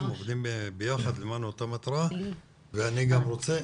עובדים ביחד למען אותה מטרה ואני גם רוצה